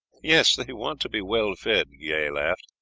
yes, they want to be well fed, guy laughed,